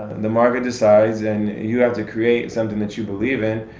the market decides and you have to create something that you believe in.